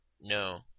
No